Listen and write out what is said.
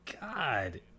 God